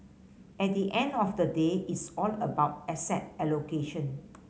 at the end of the day it's all about asset allocation